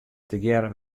tegearre